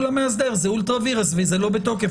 למאסדר שזה אולטרה וירס וזה לא בתוקף.